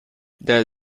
that